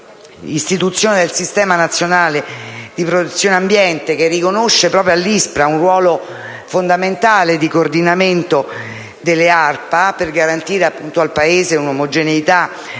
d'istituzione del Sistema nazionale di protezione dell'ambiente, che riconosce all'ISPRA un ruolo fondamentale di coordinamento delle ARPA per garantire al Paese un'omogeneità di